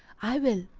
i will.